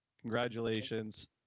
Congratulations